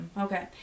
Okay